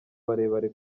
barebare